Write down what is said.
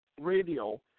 Radio